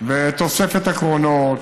ותוספת הקרונות,